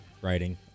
writing